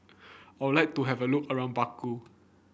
I would like to have a look around Baku